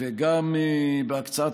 גם בתקציבים.